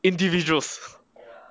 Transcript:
individuals